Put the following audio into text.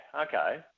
okay